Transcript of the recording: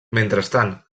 mentrestant